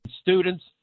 students